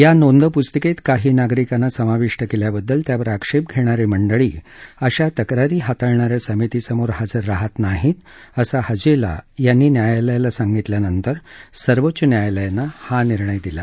या नोंदपुस्तिकेत काही नागरिकांना समाविष्ट केल्याबद्दल त्यावर आक्षेप घेणारी मंडळी अशा तक्रारी हाताळणा या समितीसमोर हजर राहत नाही असं हजेला यांनी न्यायालयाला सांगितल्यानंतर सर्वोच्च न्यायालयानं हा निर्णय दिला